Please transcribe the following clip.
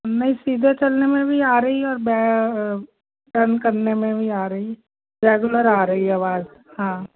नहीं सीधे चलने में भी आ रही है और बे टर्न करने में भी आ रही रेगुलर आ रही आवाज़ हाँ